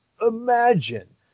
imagine